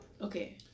Okay